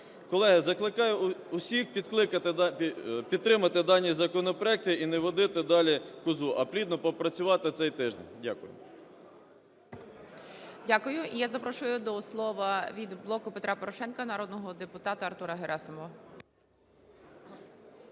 Колеги, закликаю всіх підтримати дані законопроекти і "не водити далі козу", а плідно попрацювати цей тиждень. Дякую. ГОЛОВУЮЧИЙ. Дякую. І я запрошую до слова від "Блоку Петра Порошенка" народного депутата Артура Герасимова.